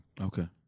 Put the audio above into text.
Okay